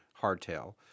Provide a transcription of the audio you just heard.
Hardtail